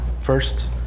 first